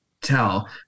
tell